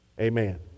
Amen